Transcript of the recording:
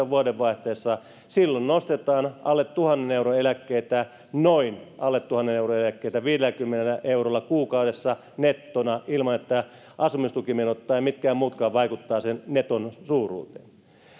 vuodenvaihteessa kaksituhattakaksikymmentä silloin nostetaan alle tuhannen euron eläkkeitä noin alle tuhannen euron eläkkeitä viidelläkymmenellä eurolla kuukaudessa nettona ilman että asumistukimenot tai mitkään muutkaan vaikuttavat sen neton suuruuteen